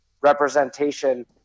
representation